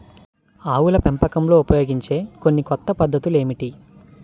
ఆవుల పెంపకంలో ఉపయోగించే కొన్ని కొత్త పద్ధతులు ఏమిటీ?